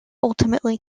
ultimately